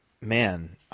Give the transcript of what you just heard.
Man